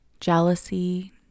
Jealousy